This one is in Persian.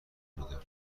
میدم